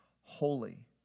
holy